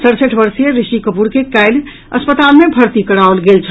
सड़सठि वर्षीय ऋषि कपूर के काल्हि अस्पताल मे भर्ती कराओल गेल छल